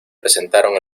presentaron